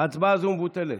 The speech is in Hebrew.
ההצבעה הזו מבוטלת.